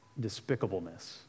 despicableness